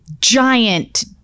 giant